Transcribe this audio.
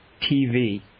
TV